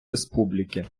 республіки